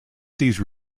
these